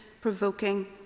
provoking